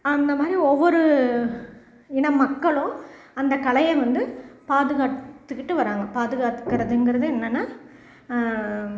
அந்த மாதிரி ஒவ்வொரு இன மக்களும் அந்த கலையை வந்து பாதுகாத்துக்கிட்டு வராங்க பாதுகாத்துக்கறதுங்கறது என்னென்னா